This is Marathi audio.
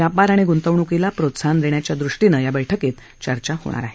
व्यापार आणि गुंतवणुकीला प्रोत्साहन देण्याच्या दृष्टीनं या बैठकीत चर्चा होणार आहे